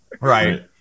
right